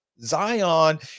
Zion